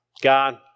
God